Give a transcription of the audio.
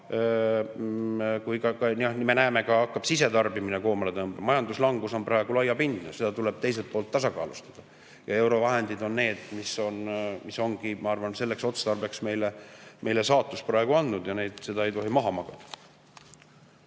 … Nüüd me näeme, hakkab ka sisetarbimine koomale tõmbama. Majanduslangus on praegu laiapindne, seda tuleb teiselt poolt tasakaalustada. Eurovahendid on need, mis ongi selleks otstarbeks meile saatus andnud, ja seda ei tohi maha magada.